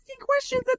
questions